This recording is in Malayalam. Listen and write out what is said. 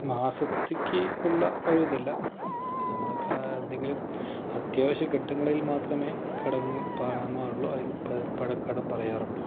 മാസത്തേക്ക് ഉള്ള ഒരു ഇതില്ല നമ്മൾ ഇപ്പോൾ എന്തെങ്കിലും അത്യാവശ്യം ഘട്ടങ്ങളിൽ മാത്രമേ കടം വാങ്ങാറുള്ളൂ അല്ലെങ്കിൽ കടം പറയാറുള്ളൂ